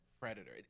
predator